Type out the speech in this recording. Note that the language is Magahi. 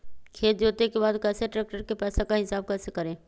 खेत जोते के बाद कैसे ट्रैक्टर के पैसा का हिसाब कैसे करें?